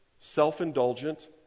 self-indulgent